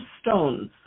stones